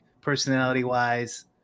personality-wise